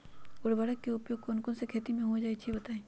उर्वरक के उपयोग कौन कौन खेती मे होई छई बताई?